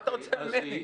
מה אתה רוצה ממני?